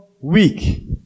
weak